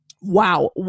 wow